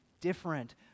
different